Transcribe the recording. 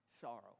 Sorrow